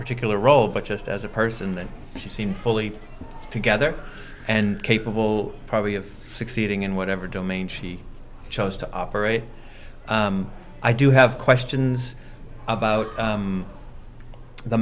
particular role but just as a person she seemed fully together and capable probably of succeeding in whatever domain she chose to operate i do have questions about